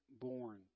born